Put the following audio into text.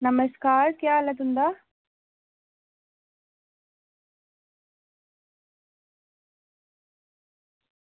नमस्कार केह् हाल ऐ तुंदा